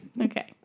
okay